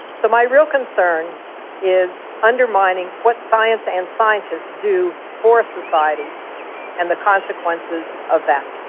so my real concern is undermining what science and scientists do for society and the consequences of that.